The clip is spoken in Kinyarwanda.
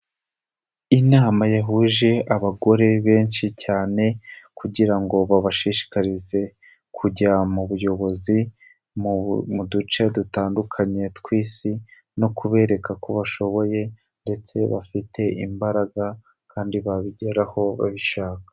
Inama yahuje abagore benshi cyane kugira ngo babashishikarize kujya mu buyobozi mu duce dutandukanye tw'isi no kubereka ko bashoboye ndetse bafite imbaraga kandi babigeraho babishaka.